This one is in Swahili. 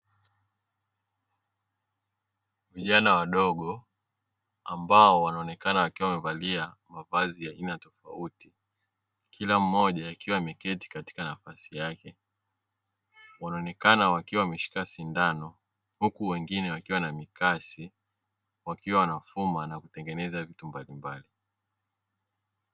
Vijana wadogo ambao wanaonekana wakiwa wamevalia mavazi ya aina tofauti, kila mmoja akiwa ameketi katika nafasi yake wanaonekana wakiwa wameshika sindano huku wengine wakiwa na mikasi wakiwa wanafuma na kutengeneza vitu mbalimbali.